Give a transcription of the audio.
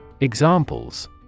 Examples